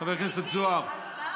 חבר הכנסת זוהר,